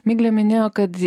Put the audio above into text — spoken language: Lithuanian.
miglė minėjo kad